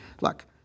look